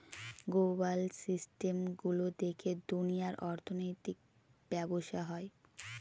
global system গুলো দেখে দুনিয়ার অর্থনৈতিক ব্যবসা হয়